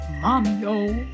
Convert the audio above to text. Mommy-O